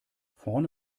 vorne